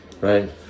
right